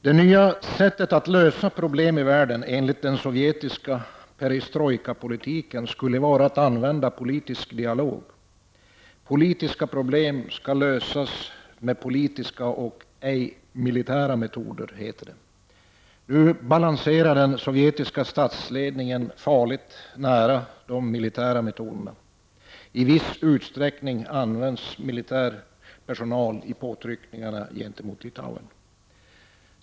Det nya sättet att lösa problem i världen enligt den sovjetiska perestrojkapolitiken skulle vara att använda politisk dialog. Politiska problem skall lösas med politiska och ej militära metoder, heter det. Nu balanserar den sovjetiska statsledningen farligt nära de militära metoderna. I viss utsträckning används militär personal i påtryckningar gentemot Litauen.